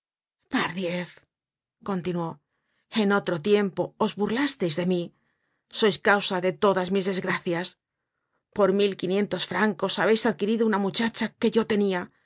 pardiez continuó en otro tiempo os burlasteis de mí sois causa de todas mis desgracias por mil y quinientos francos habeis adquirido una muchacha que yo tenia